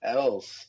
else